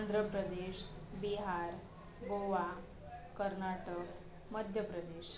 Andhra Pradesh Bihar Goa Karnataka Madhya Pradesh